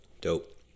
Dope